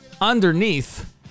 underneath